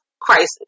crisis